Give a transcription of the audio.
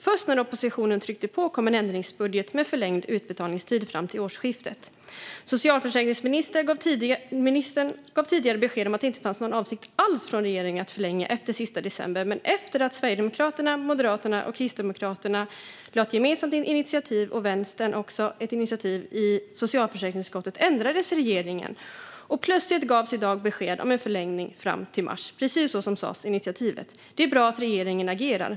Först när oppositionen tryckte på kom en ändringsbudget med förlängd utbetalningstid fram till årsskiftet. Socialförsäkringsministern gav tidigare besked om att det inte fanns någon avsikt alls från regeringen att förlänga efter den 31 december, men efter att Sverigedemokraterna, Moderaterna, Kristdemokraterna och Vänstern lade ett gemensamt initiativ i socialförsäkringsutskottet ändrade sig regeringen. Och plötsligt gavs i dag besked om en förlängning fram till mars, precis så som sas i initiativet. Det är bra att regeringen agerar.